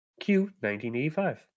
Q1985